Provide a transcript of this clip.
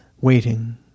waiting